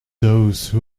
those